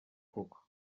koko